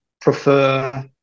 prefer